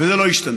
וזה לא ישתנה.